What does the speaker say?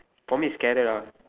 for me is carrot ah